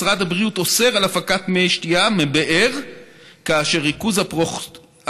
משרד הבריאות אוסר על הפקת מי שתייה מבאר כאשר ריכוז הפרכלורט